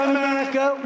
America